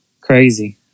crazy